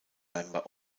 member